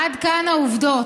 עד כאן העובדות.